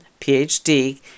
PhD